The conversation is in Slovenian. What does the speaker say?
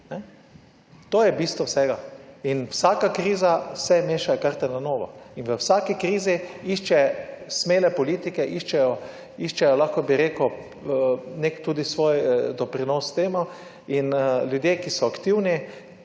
To je bistvo vsega. In vsaka kriza se mešajo karte na novo in v vsaki krizi išče, smele politike iščejo, iščejo nek tudi svoj doprinos k temu in ljudje, ki so aktivni